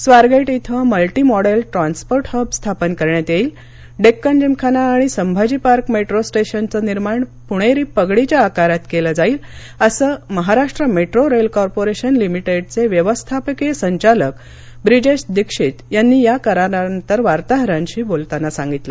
स्वारगेट इथे multi modal transport hub स्थापन करण्यात येईल डेक्कन जिमखाना आणि संभाजी पार्क मेट्रो स्टेशनचं निर्माण पुणेरी पगडीच्या आकारात केलं जाईल असं महाराष्ट्र मेट्रो रेल कॉर्पोरेशन लिमिटेडचे व्यवस्थापकीय संचालक ब्रिजेश दीक्षित यांची या करारानंतर वार्ताहरांशी बोलताना सांगितलं